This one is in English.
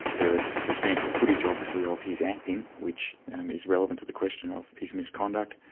there is substantial footage obviously of his acting, which is relevant to the question of his misconduct,